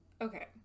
Okay